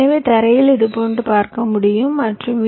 எனவே தரையில் இதுபோன்று பார்க்க முடியும் மற்றும் வி